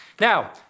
Now